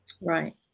Right